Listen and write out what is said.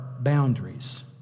boundaries